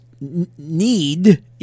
need